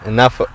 Enough